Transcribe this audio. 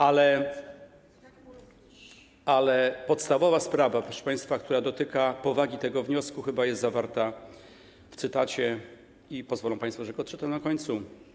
Ale podstawowa sprawa, proszę państwa, która dotyka powagi tego wniosku, jest chyba zawarta w cytacie i pozwolą państwo, że go odczytam na końcu.